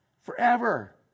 Forever